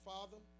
Father